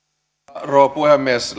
rouva puhemies